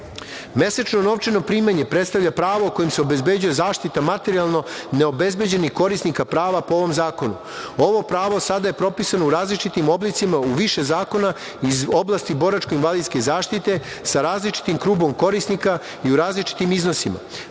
slučaj. Mesečno novčano primanje predstavlja pravo kojim se obezbeđuje zaštita materijalno neobezbeđenih korisnika prava po ovom zakonu. Ovo pravo sada je propisano u različitim oblicima u više zakona iz oblasti boračko-invalidske zaštite sa različitim krugom korisnika i u različitim iznosima